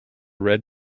red